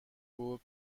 بودند